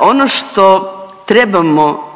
Ono što trebamo